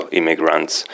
immigrants